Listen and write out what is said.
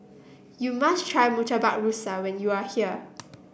you must try Murtabak Rusa when you are here